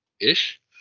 ish